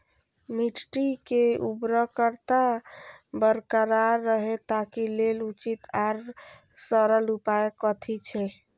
मिट्टी के उर्वरकता बरकरार रहे ताहि लेल उचित आर सरल उपाय कथी छे?